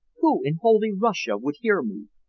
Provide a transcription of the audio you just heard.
who in holy russia would hear me?